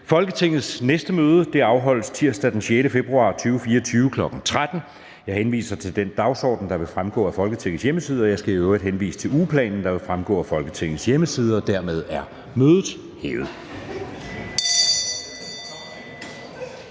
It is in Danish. Folketingets næste møde afholdes tirsdag den 6. februar 2024, kl. 13.00. Jeg henviser til den dagsorden, der vil fremgå af Folketingets hjemmeside, og jeg skal i øvrigt henvise til den ugeplan, der vil fremgå af Folketingets hjemmeside. Mødet er hævet.